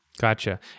gotcha